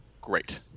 Great